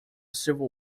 civil